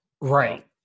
Right